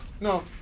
No